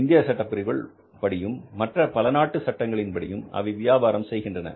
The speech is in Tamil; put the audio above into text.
இந்திய சட்ட பிரிவுகள் படியும் மற்றும் பல நாட்டுசட்டங்களின்படி அவை வியாபாரம் செய்கின்றன